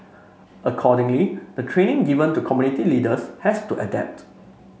accordingly the training given to community leaders has to adapt